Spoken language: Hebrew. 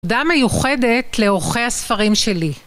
תודה מיוחדת לעורכי הספרים שלי.